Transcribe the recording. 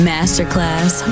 Masterclass